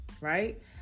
right